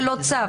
ללא צו.